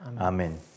Amen